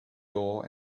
door